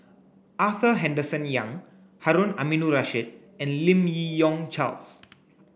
Arthur Henderson Young Harun Aminurrashid and Lim Yi Yong Charles